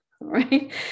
right